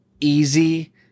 easy